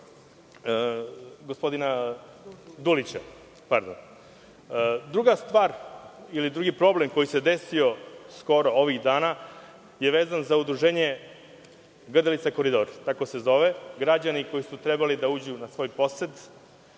Dulića. Drugi problem koji se desio skoro, ovih dana, vezan je za Udruženje „Grdelica Koridor“, tako se zove. Građane koji su trebali da uđu na svoj posed